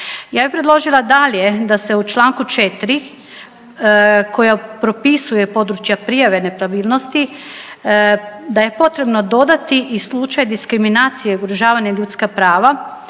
Ja bih predložila dalje da se u čl. 4 koja propisuje područja prijave nepravilnosti, da je potrebno dodati i slučaj diskriminacije i ugrožavanje ljudska prava